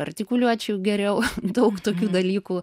artikuliuočiau geriau daug tokių dalykų